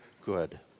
good